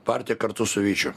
partija kartu su vyčiu